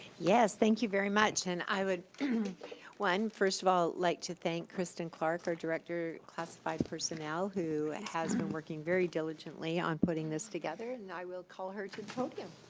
yes, thank you very much and i would one, first of all like to thank kristin clark, our director of classified personnel who has been working very diligently on putting this together. and i will call her to the podium.